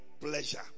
pleasure